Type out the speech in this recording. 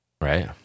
Right